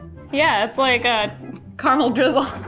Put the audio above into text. yeah, it's like ah caramel drizzle.